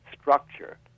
structure